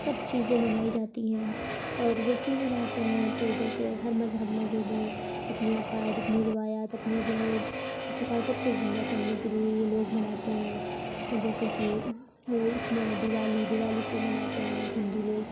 سب چیزیں منائی جاتی ہیں اور وہ کیوں مناتے ہیں تو جیسے ہر مذہب میں جو بھی اپنی عقائد اپنی روایات اپنی جو ہے ثقافت کو زندہ کرنے کے لیے یہ لوگ مناتے ہیں جیسے کہ وہ اس میں دیوالی دیوالی کیوں مناتے ہیں ہندو لوگ